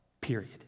period